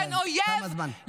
תם הזמן.